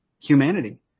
humanity